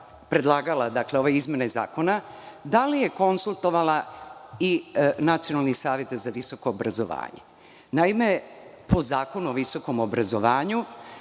predlagala ove izmene zakona, da li je konsultovala i Nacionalni savet za visoko obrazovanje? Naime, po Zakonu o visokom obrazovanju,